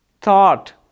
Thought